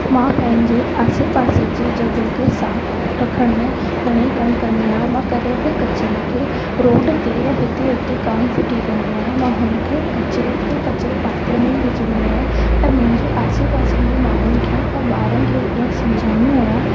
मां पंहिंजे आसे पासे जी जॻह खे साफ़ रखण में घणेई कमु कंदी आहियां मां कॾहिं बि किचिरे खे रोड ते या हिते हुते काण फिटी कंदी आहियां मां हुन खे किचिरे खे किचिरे पात्र में ई विझंदी आहियां पर मुंहिंजे आसे पासे जे माण्हुनि खे ऐं ॿारनि खे इहा सम्झाईंदी आहियां